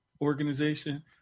organization